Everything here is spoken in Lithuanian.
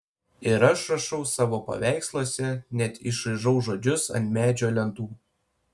ir aš rašau savo paveiksluose net išraižau žodžius ant medžio lentų